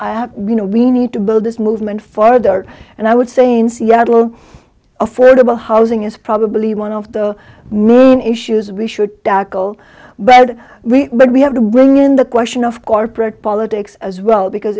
i'm you know we need to build this movement farther and i would say in seattle affordable housing is probably one of the main issues we should tackle but we have to bring in the question of corporate politics as well because